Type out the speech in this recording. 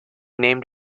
named